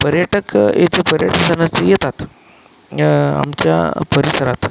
पर्यटक इथं पर्यटनास येतात आमच्या परिसरात